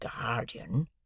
guardian